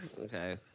Okay